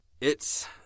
It's—